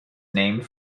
named